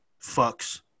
fucks